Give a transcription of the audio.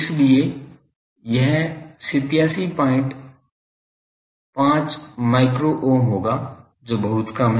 इसलिए यह 875 micro ohm होगा जो बहुत कम है